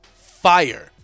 fire